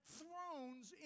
thrones